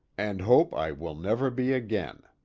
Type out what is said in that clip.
and hope i will never be again.